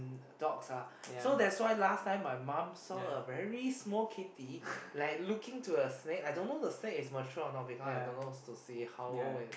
adults lah so that's why last time my mum saw a very small kitty like looking to a snake I don't know the snake is mature or not because I don't knows to see how old is